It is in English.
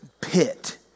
pit